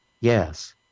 Yes